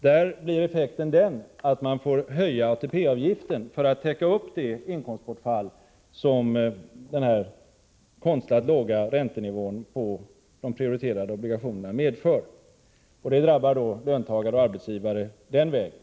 Där blir effekten att man får höja ATP-avgiften för att täcka upp det inkomstbortfall som den här konstlat låga räntenivån på de prioriterade obligationerna medför. Detta drabbar löntagare och arbetsgivare den vägen.